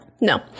no